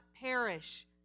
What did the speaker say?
perish